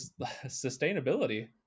sustainability